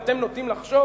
ואתם נוטים לחשוב